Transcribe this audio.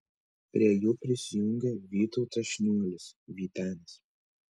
prie jų prisijungė vytautas šniuolis vytenis